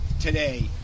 today